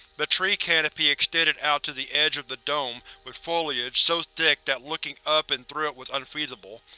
the tree canopy extended out to the edge of the dome with foliage so thick that looking up and through it was unfeasible.